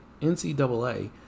NCAA